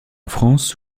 france